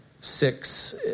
six